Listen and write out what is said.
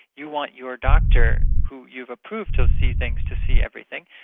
you want your doctor who you've approved to see things to see everything,